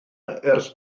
ers